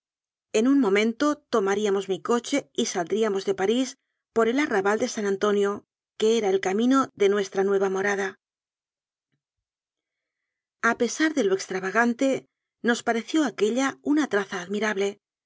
en un momento tomaría mos mi coche y saldríamos de parís por el arra bal de san antonio que era el camino de nuestra nueva morada a pesar de lo extravagante nos pareció aque lla una traza